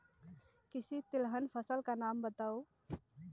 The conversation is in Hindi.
किसी तिलहन फसल का नाम बताओ